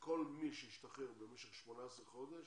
שכל מי שהשתחרר במשך 18 חודשים,